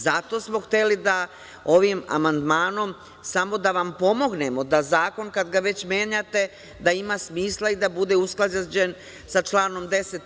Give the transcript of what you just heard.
Zato smo hteli ovim amandmanom samo da vam pomognemo da kada već menjate zakon, da ima smisla i da bude usklađen sa članom 10.